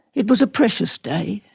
it was a precious day,